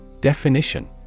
Definition